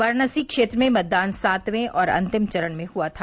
वाराणसी क्षेत्र में मतदान सातवें और अंतिम चरण में हुआ था